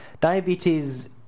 diabetes